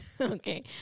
Okay